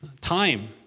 Time